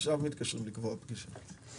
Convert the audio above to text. אפשר מתקשרים לקבוע פגישה.